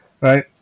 Right